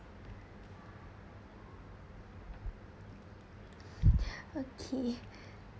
okay